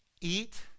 Eat